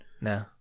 No